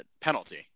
penalty